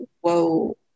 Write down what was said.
whoa